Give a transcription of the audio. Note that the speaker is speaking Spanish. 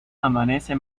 amanece